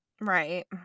Right